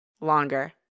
Longer